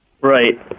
Right